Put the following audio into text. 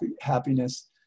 happiness